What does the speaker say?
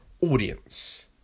audience